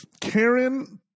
karen